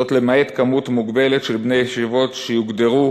למעט כמות מוגבלת של בני ישיבות שיוגדרו